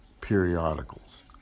periodicals